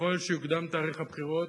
ככל שיוקדם תאריך הבחירות,